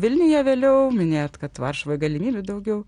vilniuje vėliau minėjot kad varšuvoj galimybių daugiau